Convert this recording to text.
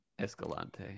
Escalante